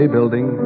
Building